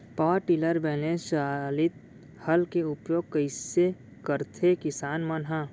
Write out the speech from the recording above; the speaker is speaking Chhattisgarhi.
पावर टिलर बैलेंस चालित हल के उपयोग कइसे करथें किसान मन ह?